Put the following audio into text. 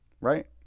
Right